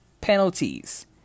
penalties